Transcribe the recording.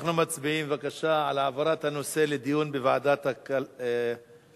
אנחנו מצביעים על העברת הנושא לדיון בוועדת העבודה,